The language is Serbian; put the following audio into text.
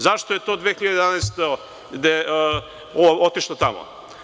Zašto je to 2011. godine otišlo tamo?